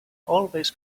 always